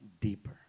deeper